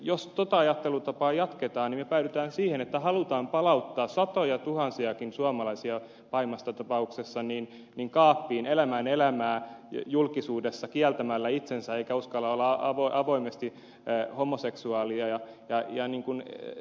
jos tuota ajattelutapaa jatketaan niin päädytään siihen että halutaan palauttaa satojatuhansiakin suomalaisia pahimmassa tapauksessa kaappiin elämään elämäänsä kieltämällä itsensä julkisuudessa eikä uskaltamalla olla avoimesti homoseksuaaleja